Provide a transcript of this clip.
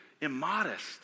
immodest